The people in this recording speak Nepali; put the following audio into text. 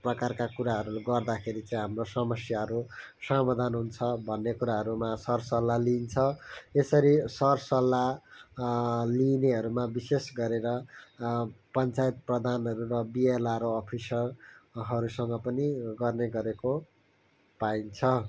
प्रकारका कुराहरू गर्दाखेरि हाम्रो समस्याहरू समाधान हुन्छ भन्ने कुराहरूमा सर सल्लाह लिन्छ यसरी सर सल्लाह लिनेहरूमा विशेष गरेर पञ्चायत प्रधानहरू भयो बिएलआरओ अफिसरहरूसँग पनि गर्ने गरेको पाइन्छ